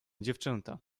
dziewczęta